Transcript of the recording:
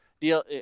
deal